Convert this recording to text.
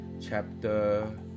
chapter